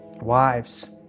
Wives